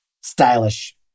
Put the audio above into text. Stylish